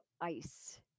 ice